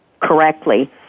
correctly